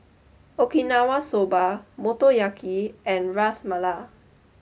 Okinawa Soba Motoyaki and Ras Malai